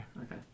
Okay